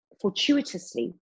fortuitously